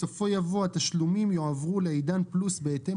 בסופו יבוא: "התשלומים יועברו לעידן פלוס בהתאם